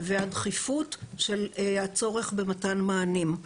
והדחיפות של הצורך במתן מענים.